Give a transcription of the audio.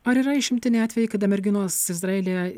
ar yra išimtiniai atvejai kada merginos izraelyje